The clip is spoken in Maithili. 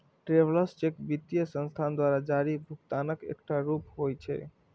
ट्रैवलर्स चेक वित्तीय संस्थान द्वारा जारी भुगतानक एकटा रूप होइ छै